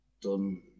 done